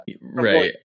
Right